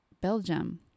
Belgium